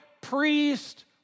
priest